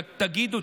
תגידו,